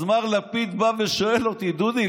אז מר לפיד בא ושואל אותי: דודי,